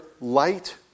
light